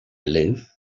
live